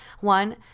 one